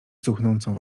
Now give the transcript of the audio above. cuchnącą